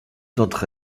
d’entre